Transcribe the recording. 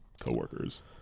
co-workers